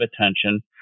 attention